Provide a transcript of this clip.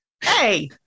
Hey